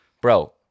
Bro